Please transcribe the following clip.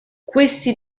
questi